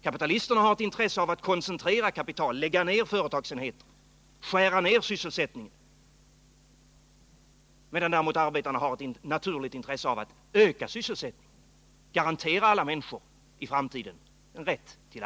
Kapitalisterna har ett intresse av att koncentrera kapital, att lägga ner företagsenheter och skära ner sysselsättningen, medan arbetarna har ett naturligt intresse av att öka sysselsättningen och att garantera alla människor en rätt till arbete för framtiden.